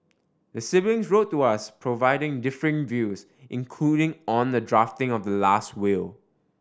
the siblings wrote to us providing differing views including on the drafting of the last will